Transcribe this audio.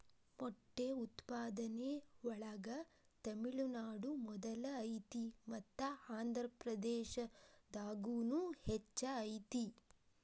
ಮೊಟ್ಟೆ ಉತ್ಪಾದನೆ ಒಳಗ ತಮಿಳುನಾಡು ಮೊದಲ ಐತಿ ಮತ್ತ ಆಂದ್ರಪ್ರದೇಶದಾಗುನು ಹೆಚ್ಚ ಐತಿ